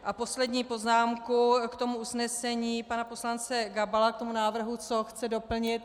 A poslední poznámku k usnesení pana poslance Gabala, k návrhu, co chce doplnit.